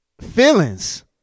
feelings